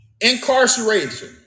Incarceration